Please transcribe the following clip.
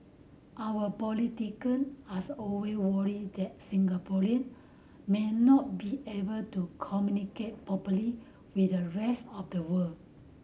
our politician as always worried that Singaporean may not be able to communicate properly with the rest of the world